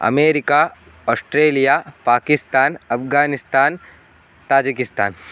America Australia Pakistan Afghanistan Tajikistan